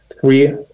three